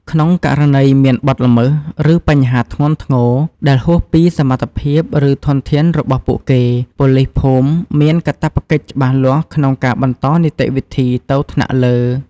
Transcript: ក្នុងករណីមាន បទល្មើស ឬបញ្ហាធ្ងន់ធ្ងរ ដែលហួសពីសមត្ថភាព ឬធនធានរបស់ពួកគេ ប៉ូលីសភូមិមានកាតព្វកិច្ចច្បាស់លាស់ក្នុងការបន្តនីតិវិធីទៅថ្នាក់លើ។